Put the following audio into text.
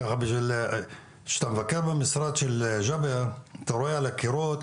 כאשר אתה מבקר במשרד של ג'אבר אתה רואה על הקירות